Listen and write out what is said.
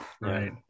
Right